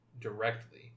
directly